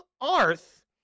Arth